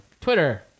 Twitter